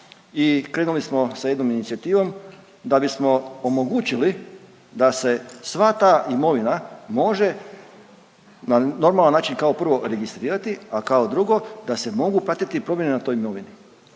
i krenuli smo sa jednom inicijativom da bismo omogućili da se sva te imovina može na normalan način kao prvo registrirati, a kao drugo da se mogu pratiti i promjene na toj imovini,